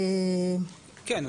כן.